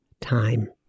time